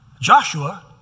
Joshua